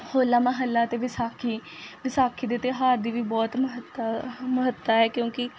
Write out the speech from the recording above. ਹੋਲਾ ਮਹੱਲਾ ਅਤੇ ਵਿਸਾਖੀ ਵਿਸਾਖੀ ਦੇ ਤਿਉਹਾਰ ਦੀ ਵੀ ਬਹੁਤ ਮਹੱਤਤਾ ਮਹੱਤਤਾ ਹੈ ਕਿਉਂਕਿ